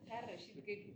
perrašyt kaip